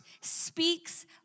speaks